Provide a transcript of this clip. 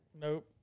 Nope